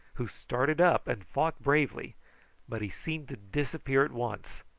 who started up and fought bravely but he seemed to disappear at once,